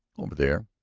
over there.